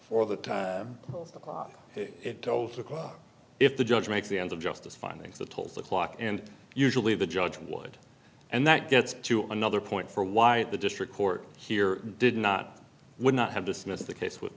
because if the judge makes the end of justice findings the tolls the clock and usually the judge would and that gets to another point for why the district court here did not would not have dismissed the case with